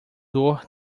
dor